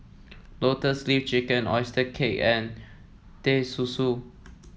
Lotus Leaf Chicken oyster cake and Teh Susu